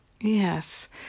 Yes